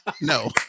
no